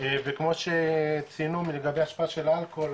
וכמו שציינו לגבי השפעה של אלכוהול,